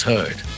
Heard